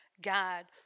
God